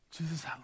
Jesus